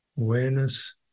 Awareness